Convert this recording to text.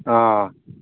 ꯑꯥ